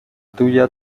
tuya